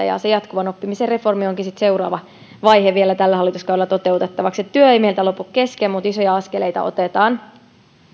ja se jatkuvan oppimisen reformi onkin sitten seuraava vaihe vielä tällä hallituskaudella toteutettavaksi työ ei meiltä lopu kesken mutta isoja askeleita otetaan